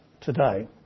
today